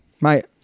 Mate